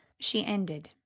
she ended,